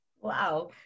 Wow